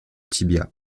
tibias